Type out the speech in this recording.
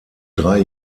drei